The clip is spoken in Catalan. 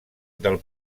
del